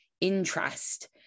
interest